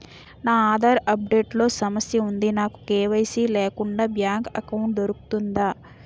నా Aadhaar update లో సమస్య వుంది నాకు కే.వై.సీ లేకుండా బ్యాంక్ ఎకౌంట్దొ రుకుతుందా?